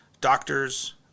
doctors